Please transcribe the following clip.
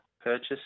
purchase